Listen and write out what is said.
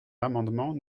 l’amendement